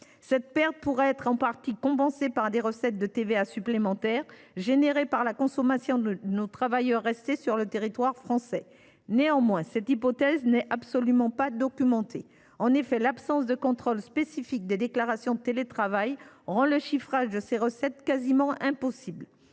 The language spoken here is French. telle perte pourrait être en partie compensée par des recettes de TVA supplémentaires, grâce à la consommation de nos travailleurs restés sur le territoire français. « Néanmoins, cette hypothèse n’est absolument pas documentée : l’absence de contrôle spécifique des déclarations de télétravail rend le chiffrage de ces recettes quasiment impossible.